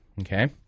okay